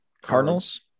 Cardinals